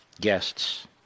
guests